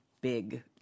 big